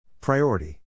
Priority